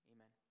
Amen